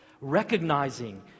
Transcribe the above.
recognizing